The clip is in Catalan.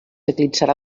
eclipsarà